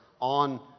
On